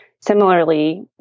similarly